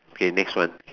okay next one